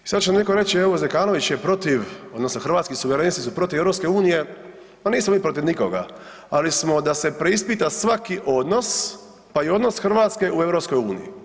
I sad će mi netko reći evo Zekanović je protiv odnosno Hrvatski suverenisti su protiv EU, ma nismo mi protiv nikoga, ali smo da se preispita svaki odnos pa i odnos Hrvatske u EU.